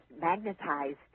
magnetized